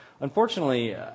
unfortunately